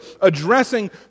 addressing